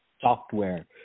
software